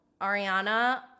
Ariana